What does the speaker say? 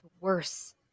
worse